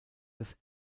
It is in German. dass